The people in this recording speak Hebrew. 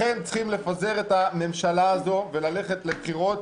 לכן צריכים לפזר את הממשלה הזו וללכת לבחירות.